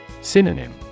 Synonym